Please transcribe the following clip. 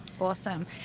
Awesome